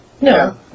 No